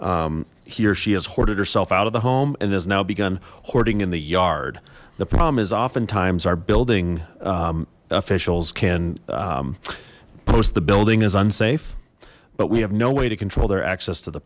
he or she has hoarded herself out of the home and has now begun hoarding in the yard the problem is oftentimes our building officials can post the building is unsafe but we have no way to control their access to the